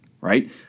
right